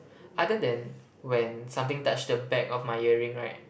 other than when something touch the back of my earring right